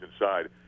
inside